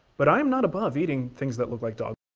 but i'm not above eating things that look like dog